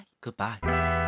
Goodbye